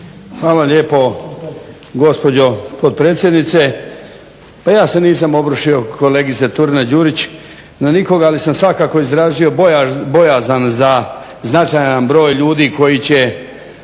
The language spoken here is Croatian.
Hvala lijepo gospođo potpredsjednice. Pa ja se nisam obrušio kolegice Turina Đurić na nikoga ali sam svakako izrazio bojazan za značajan broj ljudi koji će,